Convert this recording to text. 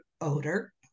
odor